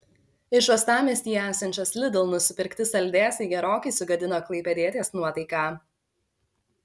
iš uostamiestyje esančios lidl nusipirkti saldėsiai gerokai sugadino klaipėdietės nuotaiką